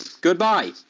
Goodbye